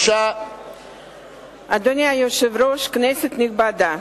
אדוני היושב-ראש, כנסת נכבדה,